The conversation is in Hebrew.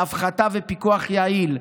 להפחתה ולפיקוח יעיל.